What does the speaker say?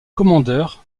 commandeur